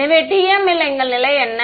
எனவே TM ல் எங்கள் நிலை என்ன